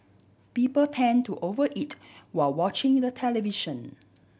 people tend to over eat while watching the television